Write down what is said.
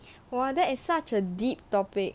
!wah! that is such a deep topic